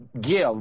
give